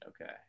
okay